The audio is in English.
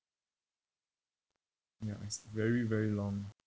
ya it's very very long